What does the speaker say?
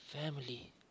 family